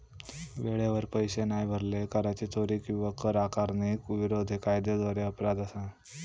वेळेवर पैशे नाय भरले, कराची चोरी किंवा कर आकारणीक विरोध हे कायद्याद्वारे अपराध असत